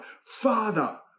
Father